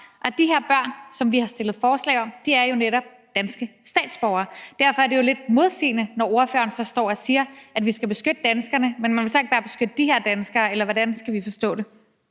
og de her børn, som vi har fremsat forslag om, er jo netop danske statsborgere. Derfor er det jo lidt modsigende, når ordføreren står og siger, at vi skal beskytte danskerne, men man vil så bare ikke beskytte de her danskere, eller hvordan skal vi forstå det?